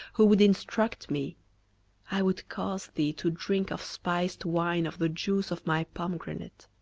who would instruct me i would cause thee to drink of spiced wine of the juice of my pomegranate.